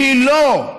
היא לא.